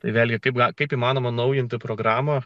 vėlgi kaip na kaip įmanoma atnaujinti programą